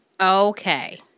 Okay